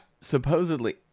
Supposedly